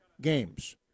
games